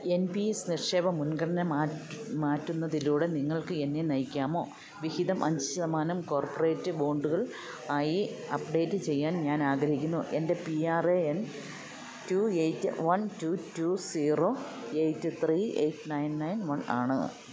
N P S നിക്ഷേപ മുൻഗണന മാറ്റുന്നതിലൂടെ നിങ്ങൾക്കെന്നെ നയിക്കാമോ വിഹിതം അഞ്ച് ശതമാനം കോർപ്പറേറ്റ് ബോണ്ടുകൾ ആയി അപ്ഡേറ്റ് ചെയ്യാൻ ഞാനാഗ്രഹിക്കുന്നു എൻ്റെ P R A N two eight one two two zero eight three eight nine nine one ആണ്